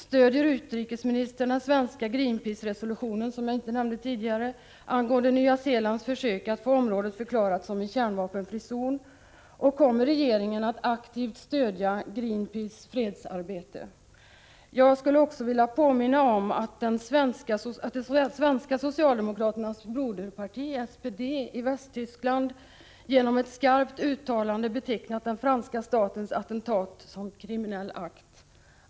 Stöder utrikesministern den svenska Greenpeacerörelsens resolution — som jag inte nämnde tidigare — angående Nya Zeelands försök att få området förklarat som en kärnvapenfri zon? Kommer regeringen att aktivt stödja Greenpeaces fredsarbete? Jag skulle också vilja påminna om att de svenska socialdemokraternas broderparti i Västtyskland, SPD, genom ett skarpt uttalande betecknat den franska statens attentat som en kriminell akt.